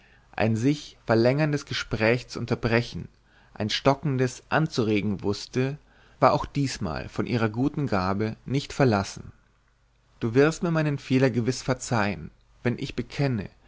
ein sich verlängerndes gespräch zu unterbrechen ein stockendes anzuregen wußte war auch diesmal von ihrer guten gabe nicht verlassen du wirst mir meinen fehler gewiß verzeihen wenn ich bekenne